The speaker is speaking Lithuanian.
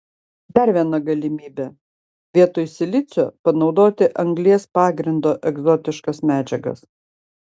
dar viena galimybė vietoj silicio panaudoti anglies pagrindo egzotiškas medžiagas